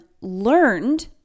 learned